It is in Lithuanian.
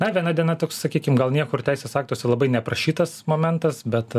na viena diena toks sakykim gal niekur teisės aktuose labai neprašytas momentas bet